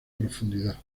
profundidad